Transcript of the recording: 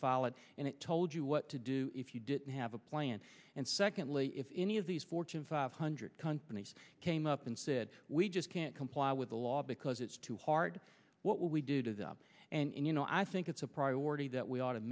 file it and it told you what to do if you didn't have a plan and secondly if any of these fortune five hundred companies came up and said we just can't comply with the law because it's too hard what we did is up and you know i think it's a priority that we ought to